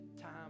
time